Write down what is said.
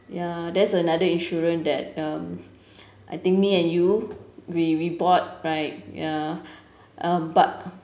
ya that's another insurance that um I think me and you we we bought right ya uh but